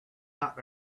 out